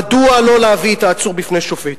מדוע לא להביא את העצור בפני שופט?